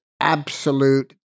absolute